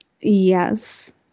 Yes